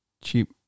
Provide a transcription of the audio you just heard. cheap